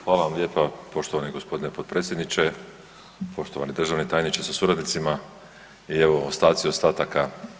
Hvala vam lijepa, poštovani gospodine potpredsjedniče, poštovani državni tajniče sa suradnicima i evo, ostaci ostataka.